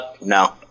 no